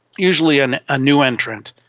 usually and a new entrant,